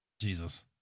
Jesus